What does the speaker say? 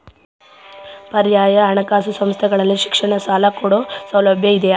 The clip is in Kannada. ಪರ್ಯಾಯ ಹಣಕಾಸು ಸಂಸ್ಥೆಗಳಲ್ಲಿ ಶಿಕ್ಷಣ ಸಾಲ ಕೊಡೋ ಸೌಲಭ್ಯ ಇದಿಯಾ?